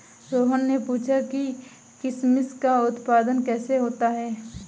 रोहन ने पूछा कि किशमिश का उत्पादन कैसे होता है?